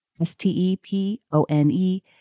S-T-E-P-O-N-E